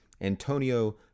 Antonio